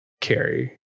carry